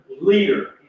leader